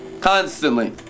constantly